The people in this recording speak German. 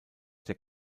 der